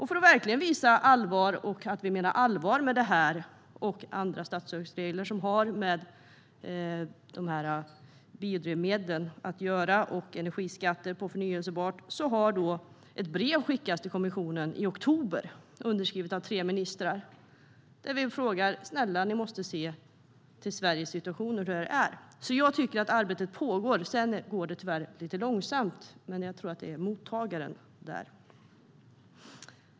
För att verkligen visa att vi menar allvar med det här och andra statsstödsregler som har att göra med biodrivmedlen och energiskatter på förnybart skickades ett brev till kommissionen i oktober underskrivet av tre ministrar. De skriver: Snälla, ni måste se till Sveriges situation och hur den är! Så arbetet pågår. Sedan går det tyvärr lite långsamt, men jag tror att det beror på mottagaren.